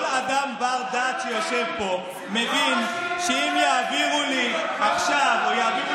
כל אדם בר-דעת שיושב פה מבין שאם עכשיו יעבירו